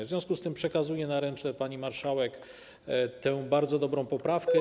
W związku z tym przekazuję na ręce pani marszałek tę bardzo dobrą poprawkę.